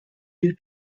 due